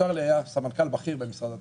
צ'רלי היה סמנכ"ל בכיר במשרד התחבורה.